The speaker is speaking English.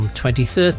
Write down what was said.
2013